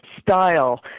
style